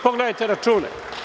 Pogledajte račune.